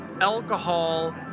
alcohol